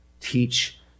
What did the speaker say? Teach